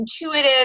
intuitive